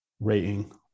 rating